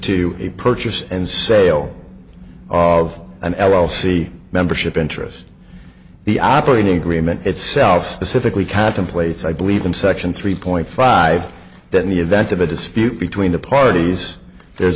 a purchase and sale of an l l c membership interest in the operating agreement itself specifically kept in place i believe in section three point five that in the event of a dispute between the parties there's